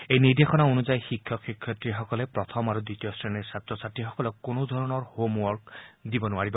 এই নিৰ্দেশনা অন্যায়ী শিক্ষক শিক্ষয়িত্ৰীসকলে প্ৰথম আৰু দ্বিতীয় শ্ৰেণীৰ ছাত্ৰ ছাত্ৰীসকলক কোনো ধৰণৰ হোম ৱৰ্ক দিব নোৱাৰিব